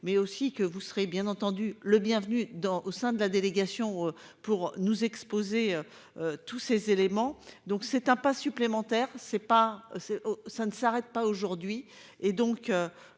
mais aussi que vous serez bien entendu le bienvenu dans au sein de la délégation pour nous exposer. Tous ces éléments, donc c'est un pas supplémentaire, c'est pas, c'est ça ne s'arrête pas aujourd'hui